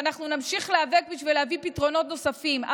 ואנחנו נמשיך להיאבק בשביל להביא פתרונות נוספים,